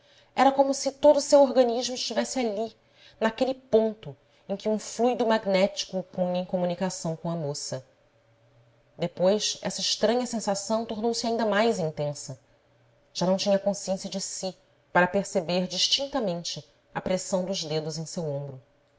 era como se todo seu organismo estivesse ali naquele ponto em que um fluido magnético o punha em comunicação com a moça depois essa estranha sensação tornou-se ainda mais intensa já não tinha consciência de si para perceber distintamente a pressão dos dedos em seu ombro